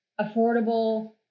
affordable